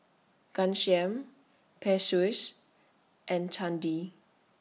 Ghanshyam Peyush and Chandi